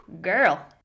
girl